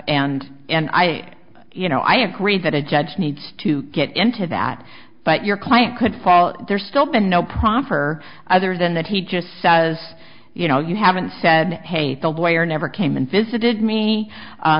and and i you know i agree that a judge needs to get into that but your client could fall there's still been no proper other than that he just says you know you haven't said hey the lawyer never came and visited me